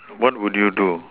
what will you do